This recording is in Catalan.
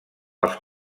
als